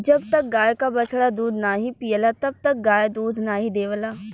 जब तक गाय क बछड़ा दूध नाहीं पियला तब तक गाय दूध नाहीं देवला